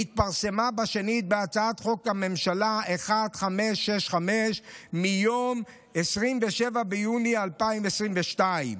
והיא התפרסמה שנית בהצעת חוק מ/1565 מיום 27 ביוני 2022,